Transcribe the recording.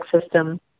system